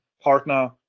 partner